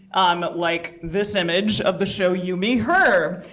um like this image of the show you me her.